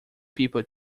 people